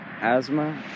Asthma